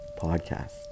Podcast